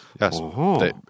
Yes